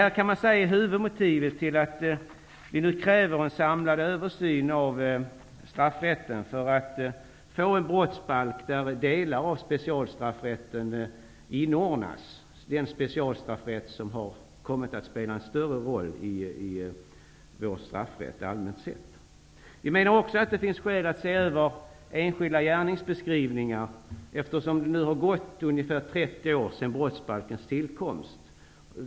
Man kan säga att det är huvudmotivet till att vi nu kräver en samlad översyn av straffrätten för att få en brottsbalk där vi inordnar delar av specialstraffrätten, den specialstraffrätt som har kommit att spela en större roll i vår straffrätt allmänt sett. Vi menar också att det finns skäl att se över enskilda gärningsbeskrivningar, eftersom det nu har gått ungefär 30 år sedan brottsbalkens tillkomst.